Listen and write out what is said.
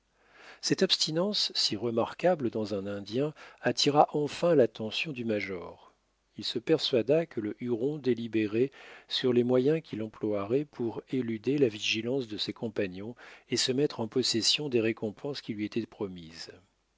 cette abstinence si remarquable dans un indien attira enfin l'attention du major il se persuada que le huron délibérait sur les moyens qu'il emploierait pour éluder la vigilance de ses compagnons et se mettre en possession des récompenses qui lui étaient promises